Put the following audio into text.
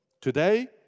Today